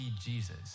Jesus